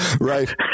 Right